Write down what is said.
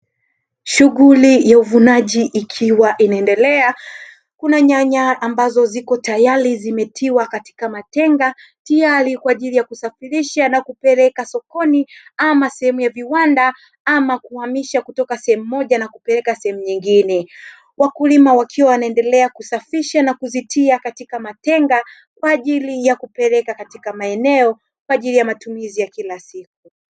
Shughuli ya uvunaji ikiwa inaendelea kuna nyanya ambazo ziko tayari zimetiwa katika matenga tiyari kwa ajili ya kusafirisha na kupeleka sokoni ama sehemu ya viwanda, ama kuhamisha kutoka sehemu moja na kupeleka sehemu nyingine, wakulima wakiwa wanaendelea kusafisha na kuzitia katika matenga kwa ajili ya kupeleka katika maeneo kwa ajili ya matumizi ya kila siku.